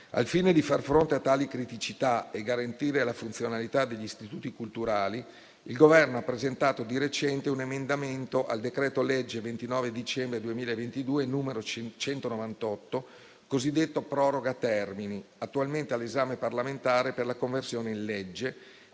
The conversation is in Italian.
Al fine di far fronte a tali criticità e garantire la funzionalità degli istituti culturali, il Governo ha presentato di recente un emendamento al decreto-legge n. 198 del 29 dicembre 2022, cosiddetto proroga termini, attualmente all'esame parlamentare per la conversione in legge,